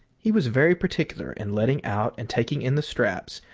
he was very particular in letting out and taking in the straps,